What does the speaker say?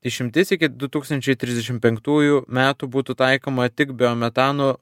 išimtis iki du tūkstančiai trisdešimt penktųjų metų būtų taikoma tik biometano